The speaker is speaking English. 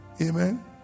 Amen